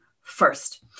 first